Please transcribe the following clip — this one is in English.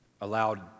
allowed